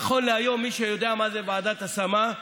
נכון להיום, מי שיודע מה זה ועדת השמה,